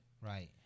Right